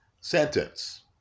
sentence